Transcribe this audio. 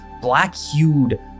black-hued